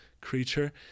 creature